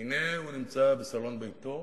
והנה הוא נמצא בסלון ביתו